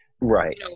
Right